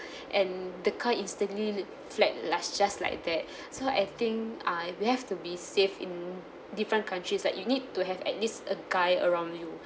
and the car instantly fled like just like that so I think uh we have to be safe in different countries like you need to have at least a guy around you